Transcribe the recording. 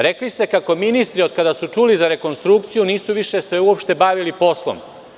Rekli ste kako ministri, od kako su čuli za rekonstrukciju, nisu se više uopšte bavili poslom.